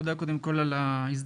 תודה קודם כל על ההזדמנות.